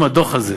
אם הדוח הזה